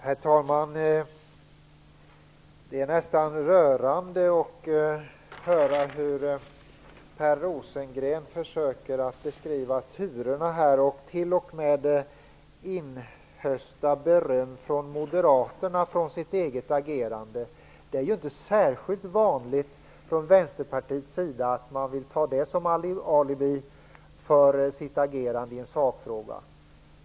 Herr talman! Det är nästan rörande att höra hur Per Rosengren här försöker beskriva turerna och t.o.m. inhöstar beröm från moderaterna för sitt eget agerande. Det är ju inte särskilt vanligt att man från Vänsterpartiets sida vill ta det som alibi för sitt agerande i en sakfråga.